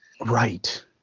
Right